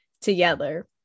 together